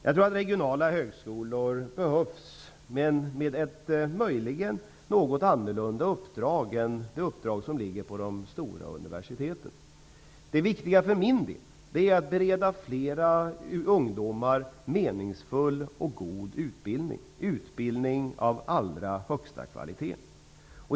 Jag tror att regionala högskolor behövs men med ett möjligen något annorlunda uppdrag än det uppdrag som ligger på de stora universiteten. Det viktiga för min del är att bereda flera ungdomar meningsfull och god utbildning, utbildning av allra högsta kvalitet.